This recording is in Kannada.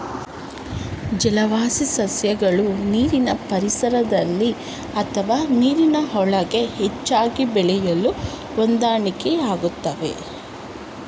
ಜಲವಾಸಿ ಸಸ್ಯಗಳು ನೀರಿನ ಪರಿಸರದಲ್ಲಿ ಅಥವಾ ನೀರಿನೊಳಗೆ ಹೆಚ್ಚಾಗಿ ಬೆಳೆಯಲು ಹೊಂದಾಣಿಕೆಯಾಗ್ತವೆ